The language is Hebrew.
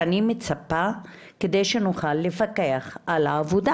שאני מצפה לקבל כדי שנוכל לפקח על העבודה.